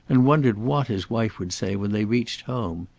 and wondered what his wife would say when they reached home.